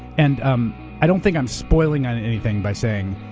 and um i don't think i'm spoiling on anything by saying